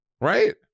Right